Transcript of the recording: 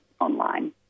online